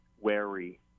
wary